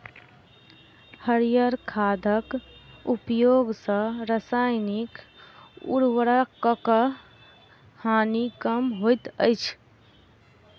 हरीयर खादक उपयोग सॅ रासायनिक उर्वरकक हानि कम होइत अछि